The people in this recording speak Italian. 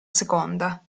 seconda